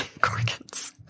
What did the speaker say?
Gorgons